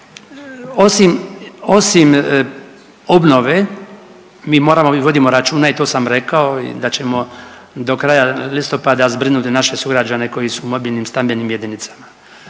osim obnove mi moramo i vodimo računa i to sam rekao da ćemo do kraja listopada zbrinuti naše sugrađane koji su u mobilnim stambenim jedinicama.